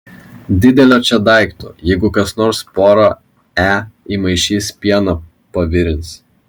didelio čia daikto jeigu kas nors porą e įmaišys pieną pavirins